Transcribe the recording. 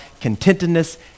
contentedness